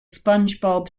spongebob